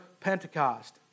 Pentecost